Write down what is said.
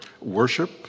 worship